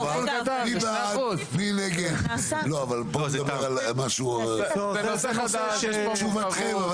עזבו --- מדובר בנושא חדש, אנחנו